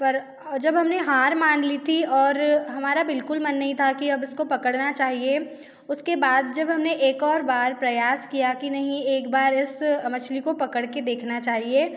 पर जब हम ने हार मान ली थी और हमारा बिल्कुल मन नही था की अब इसको पकड़ना चाहिए उसके बाद जब हम ने एक और बार प्रयास किया कि नहीं एक बार इस मछली को पकड़ के देखना चाहिए